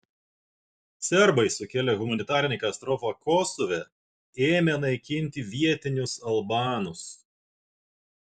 serbai sukėlė humanitarinę katastrofą kosove ėmę naikinti vietinius albanus